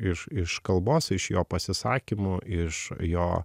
iš iš kalbos iš jo pasisakymų iš jo